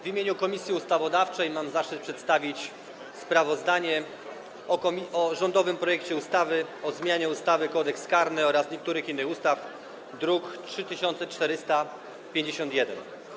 W imieniu Komisji Ustawodawczej mam zaszczyt przedstawić sprawozdanie odnośnie do rządowego projektu ustawy o zmianie ustawy Kodeks karny oraz niektórych innych ustaw, druk nr 3451.